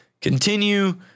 continue